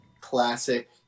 classic